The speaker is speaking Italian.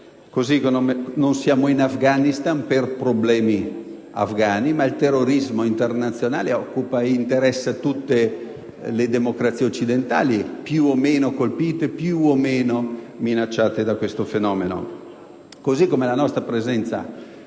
non siamo in Afghanistan per problemi afgani, ma perché il terrorismo internazionale interessa tutte le democrazie occidentali più o meno colpite o minacciate da questo fenomeno. Allo stesso modo la nostra presenza